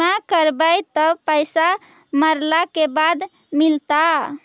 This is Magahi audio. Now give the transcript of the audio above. बिमा करैबैय त पैसा मरला के बाद मिलता?